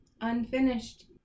unfinished